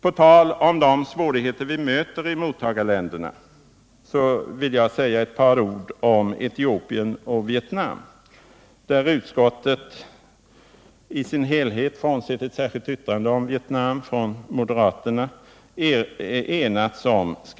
På tal om de svårigheter vi möter i mottagarländerna vill jag säga några ord om Etiopien och Vietnam. I detta avseende har hela utskottet enats om skrivningarna — frånsett ett särskilt yttrande om Vietnam av moderaterna.